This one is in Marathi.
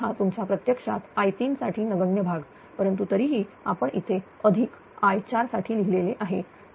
तर हा तुमच्या प्रत्यक्षात i3 साठी नगण्य भाग परंतु तरीही आपण इथे अधिक i4 साठी लिहिलेले आहे